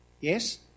Yes